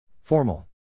Formal